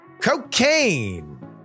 cocaine